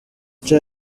cha